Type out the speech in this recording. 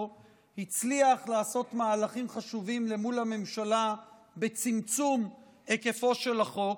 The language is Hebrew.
הצליח לעשות מהלכים חשובים למול הממשלה בצמצום היקפו של החוק,